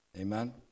Amen